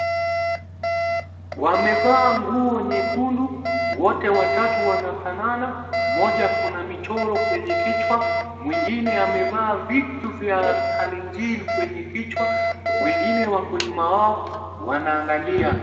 Wamevaa nguo nyekundu wote watatu wanafanana mmoja ako na michoro kwenye kichwa mwingine amevaa vitu vya Kalenjin kwenye kichwa wengine wako nyuma wao wanaangalia.